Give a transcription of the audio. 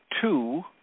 two